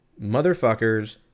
motherfuckers